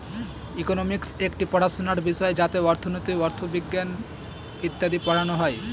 economics একটি পড়াশোনার বিষয় যাতে অর্থনীতি, অথবিজ্ঞান ইত্যাদি পড়ানো হয়